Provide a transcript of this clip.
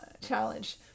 challenge